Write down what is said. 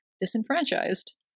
disenfranchised